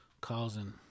causing